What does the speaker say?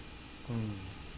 mm